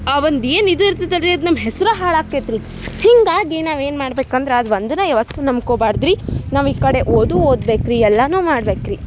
ಆ ಒಂದು ಏನು ಇದು ಇರ್ತೈತಿ ಅಲ್ರಿ ಅದು ನಮ್ಮ ಹೆಸ್ರು ಹಾಳಾಕ್ತೈತ್ರಿ ಹೀಗಾಗಿ ನಾವು ಏನು ಮಾಡ್ಬೇಕು ಅಂದ್ರ ಅದು ಒಂದನ ಯಾವತ್ತು ನಂಬ್ಕೊಬಾರ್ದು ರೀ ನಾವು ಈ ಕಡೆ ಓದು ಓದ್ಬೇಕು ರೀ ಎಲ್ಲಾನು ಮಾಡ್ಬೇಕು ರೀ